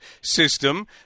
system